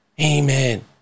Amen